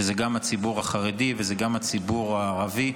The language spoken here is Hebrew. שזה גם הציבור החרדי, גם הציבור הערבי,